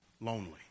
Lonely